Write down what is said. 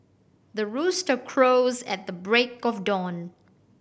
the rooster crows at the break of dawn